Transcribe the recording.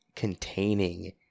containing